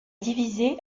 divisé